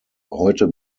heute